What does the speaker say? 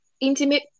intimate